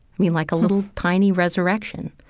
i mean, like a little tiny resurrection.